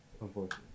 Unfortunately